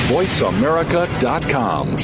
VoiceAmerica.com